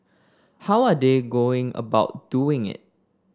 how are they going about doing it